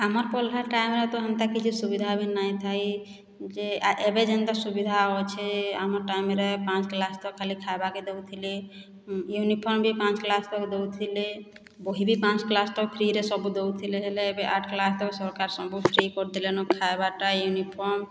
ଆମର ପଢ଼ିଲା ଟାଇମ୍ରେ ତ ହେନ୍ତା କିଛି ସୁବିଧା ବି ନାହିଁ ଥାଇ ଯେ ଏବେ ଯେନ୍ତା ସୁବିଧା ଅଛେ ଆମର ଟାଇମ୍ରେ ପାଞ୍ଚ କ୍ଲାସ ତ ଖାଲି ଖାଇବାକେ ଦେଉଥିଲେ ୟୁନିଫର୍ମ ବି ପାଞ୍ଚ କ୍ଲାସ ତକ୍ ଦେଉଥିଲେ ବହିବି ପାଞ୍ଚ କ୍ଲାସ ତକ୍ ଫ୍ରିରେ ସବୁ ଦେଉଥିଲେ ହେଲେ ଏବେ ଆଠ୍ କ୍ଲାସ ତକ୍ ସରକାର ସବୁ ଫ୍ରି କରିଦେଲେନ ଖାଇବାରଟା ୟୁନିଫର୍ମ